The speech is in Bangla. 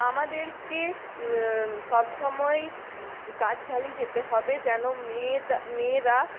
আমাদেরকে সবসময়ই কাজ চালিয়ে যেতে হবে যেন মেয়েরা